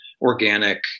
organic